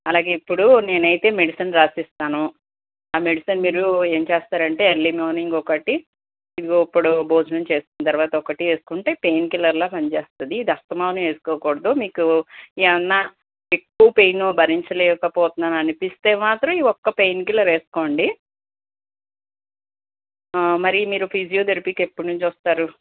అలాగే ఇప్పుడు నేనైతే మెడిసిన్ రాసిస్తాను ఆ మెడిషన్ మీరు ఏం చేస్తారంటే ఎర్లీ మార్నింగ్ ఒకటి ఇదిగో ఇప్పుడు భోజనం చేసిన తర్వాత ఒకటి వేసుకుంటే పెయిన్ కిల్లర్లాగా పని చేస్తుంది అస్తమానం వేసుకోకూడదు మీకు ఏమైనా ఎక్కువ పెయిన్ భరించలేక పోతాను అనిపిస్తే మాత్రం ఈ ఒక్క పెయిన్ కిల్లర్ వేసుకోండి మరి మీరు ఫిజియోథెరపీకి ఎప్పటి నుంచి వస్తారు